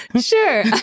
Sure